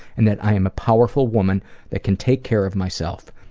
and that i am a powerful woman that can take care of myself.